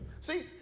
See